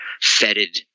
fetid